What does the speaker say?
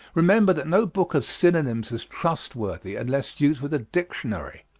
remember that no book of synonyms is trustworthy unless used with a dictionary.